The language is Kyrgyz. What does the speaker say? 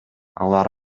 алар